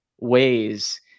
ways